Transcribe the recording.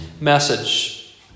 message